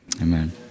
Amen